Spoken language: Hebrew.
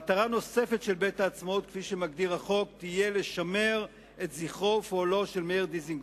מטרה נוספת של בית-העצמאות תהיה לשמר את זכרו ופועלו של מאיר דיזנגוף.